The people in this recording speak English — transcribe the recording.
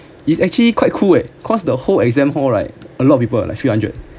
it's actually quite cool eh because the whole exam hall right a lot of people like three hundred